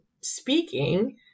speaking